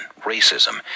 racism